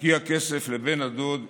הגיע כסף לבן הדוד מיליקובסקי.